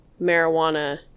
marijuana